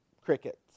crickets